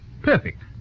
Perfect